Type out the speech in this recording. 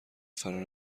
فرار